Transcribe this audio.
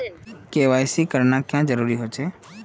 KYC करना क्याँ जरुरी होचे?